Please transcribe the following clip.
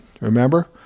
Remember